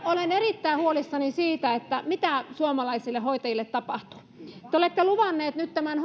olen erittäin huolissani siitä mitä suomalaisille hoitajille tapahtuu te olette luvanneet nyt tämän